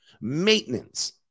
Maintenance